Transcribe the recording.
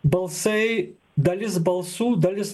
balsai dalis balsų dalis